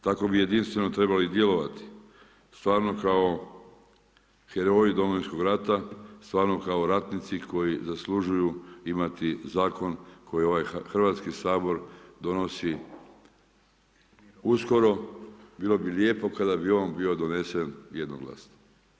Tako bi jedinstveno trebali djelovati stvarno kao heroji Domovinskog rata, stvarno kao ratnici koji zaslužuju imati zakon koji ovaj Hrvatski sabor donosi uskoro, bilo bi lijepo kada bi on bio donesen jednoglasnost.